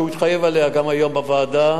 שהוא התחייב עליו גם היום בוועדה,